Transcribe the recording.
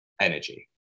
energy